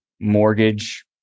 mortgage